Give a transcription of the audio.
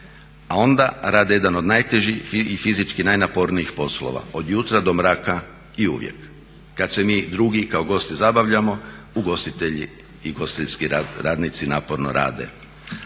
a onda rade jedan od najtežih i fizički najnapornijih poslova od jutra do mraka i uvijek. Kad se mi drugi kao gosti zabavljamo ugostitelji i ugostiteljski radnici naporno rade.